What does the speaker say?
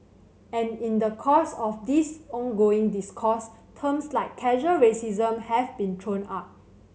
and in the course of this ongoing discourse terms like casual racism have been thrown up